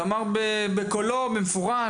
הוא אמר בקולו במפורש,